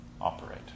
operate